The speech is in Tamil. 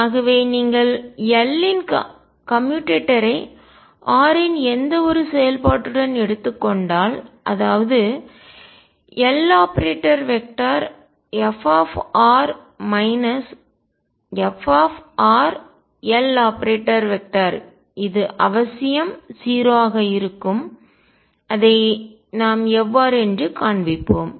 ஆகவே நீங்கள் L இன் கம்யூட்டேட்டரை r இன் எந்தவொரு செயல்பாட்டுடன் எடுத்துக் கொண்டால் அதாவது Loperatorf fLoperator இது அவசியம் 0 ஆக இருக்கும் அதை நாம் எவ்வாறு காண்பிப்போம்